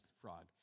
frog